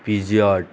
पिजयाड